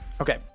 Okay